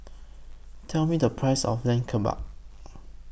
Tell Me The Price of Lamb Kebabs